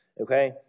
Okay